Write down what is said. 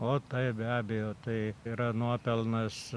o tai be abejo tai yra nuopelnas